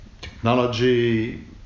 technology